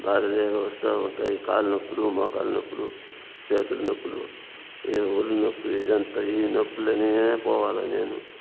బాధలే వస్తా ఉంటాయి కాళ్లు నొప్పులు మోకాళ్ళ నొప్పులు చేతుల నొప్పులు ఈ ఒళ్ళు నొప్పులు ఇదంతా ఈ నొప్పులనే పోవాల నేను